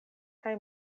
kaj